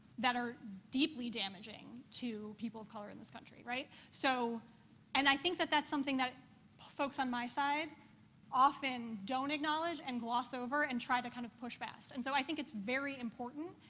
that are deeply damaging to people of color in this country, right? so and i think that that's something that folks on my side often don't acknowledge and gloss over and try to kind of push past. and so i think it's very important,